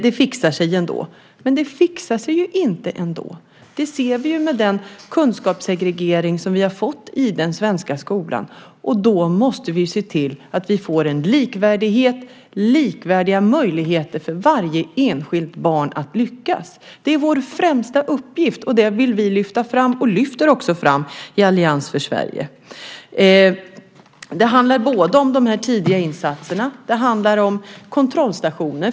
Det fixar sig ändå. Men det fixar sig ju inte ändå. Det ser vi på den kunskapssegregering som vi har fått i den svenska skolan. Då måste vi se till att vi får en likvärdighet och likvärdiga möjligheter för varje enskilt barn att lyckas. Det är vår främsta uppgift. Och det vill vi lyfta fram, och det lyfter vi också fram i Allians för Sverige. Det handlar både om de tidiga insatserna och om kontrollstationer.